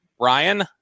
Ryan